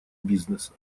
бизнеса